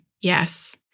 Yes